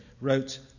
wrote